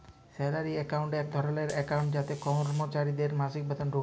salary account এক ধরলের account যাতে করমচারিদের মাসিক বেতল ঢুকে